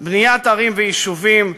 בניית ערים ויישובים,